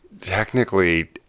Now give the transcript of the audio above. technically